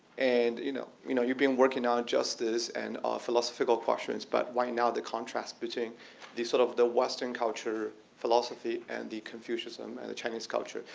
and you know you know you've been working on justice and philosophical questions, but why now the contrast between the sort of the western culture philosophy and the confucianism and the chinese culture?